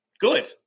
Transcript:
Good